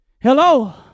Hello